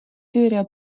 süüria